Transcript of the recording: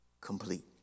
complete